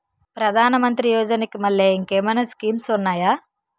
ప్రధాన మంత్రి యోజన కి మల్లె ఇంకేమైనా స్కీమ్స్ ఉన్నాయా?